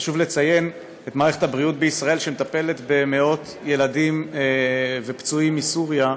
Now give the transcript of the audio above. חשוב לציין שמערכת הבריאות בישראל מטפלת במאות ילדים ופצועים מסוריה,